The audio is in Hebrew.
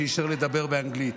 שאישר לדבר באנגלית.